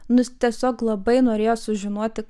nu tiesiog labai norėjo sužinoti